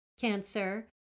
cancer